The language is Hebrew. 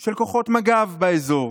של כוחות מג"ב באזור.